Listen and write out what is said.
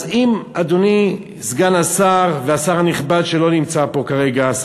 אז אדוני סגן השר והשר הנכבד שלא נמצא פה כרגע,